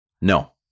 No